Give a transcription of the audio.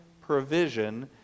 provision